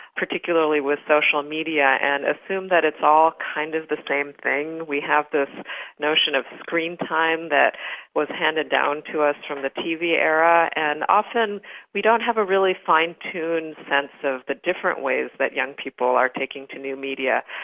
particularly with social media, and assume that it's all kind of the same thing. we have this notion of screen time that was handed down to us from the tv era, and often we don't have a really fine-tuned sense of the different ways that young people are taking to new media.